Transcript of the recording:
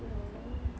oh my